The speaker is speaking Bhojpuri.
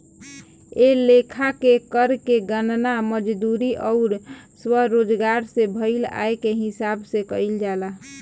ए लेखा के कर के गणना मजदूरी अउर स्वरोजगार से भईल आय के हिसाब से कईल जाला